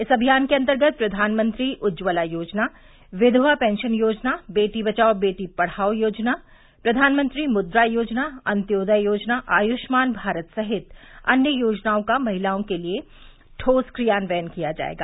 इस अभियान के अन्तर्गत प्रधानमंत्री उज्जवला योजना विधवा पेंशन योजना बेटी बचाओं बेटी पढ़ाओं योजना प्रधानमंत्री मुद्रा योजना अन्त्योदय योजना आयुष्मान भारत सहित अन्य योजनाओं का महिलाओं के लिए ठोस क्रियान्वयन किया जायेगा